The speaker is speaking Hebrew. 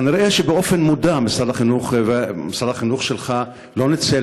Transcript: כנראה באופן מודע משרד החינוך שלך לא ניצל,